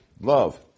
love